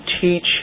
teach